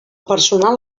personal